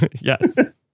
yes